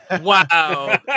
wow